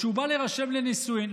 כשהוא בא להירשם לנישואים,